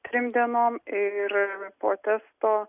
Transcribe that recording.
trim dienom ir po testo